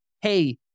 Hey